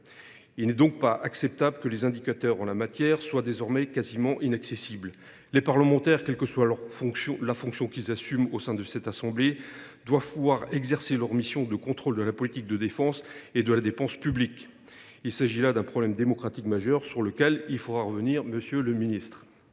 il n’est donc pas acceptable que les indicateurs en la matière soient désormais quasiment inaccessibles. Quelles que soient les fonctions qu’ils assument, les parlementaires doivent pouvoir exercer leur mission de contrôle de la politique de défense et de la dépense publique. Il s’agit là d’un problème démocratique majeur sur lequel il faudra revenir. Autre élément